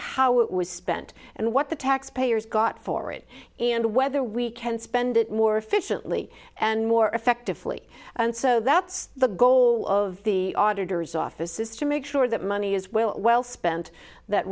it was spent and what the taxpayers got for it and whether we can spend it more efficiently and more effectively and so that's the goal of the auditors office is to make sure that money is well spent that